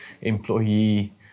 employee